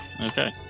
Okay